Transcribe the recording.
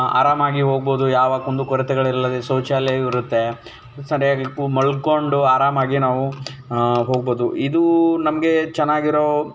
ಆರಾಮಾಗಿ ಹೋಗ್ಬೋದು ಯಾವ ಕುಂದು ಕೊರತೆಗಳಿಲ್ಲದೆ ಶೌಚಾಲಯವೂ ಇರುತ್ತೆ ಸರಿಯಾಗಿ ಮಲ್ಕೊಂಡು ಆರಾಮಾಗಿ ನಾವು ಹೋಗ್ಬೋದು ಇದು ನಮಗೆ ಚೆನ್ನಾಗಿರೋ